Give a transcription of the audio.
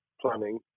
planning